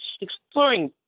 exploring